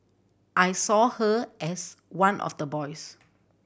I saw her as one of the boys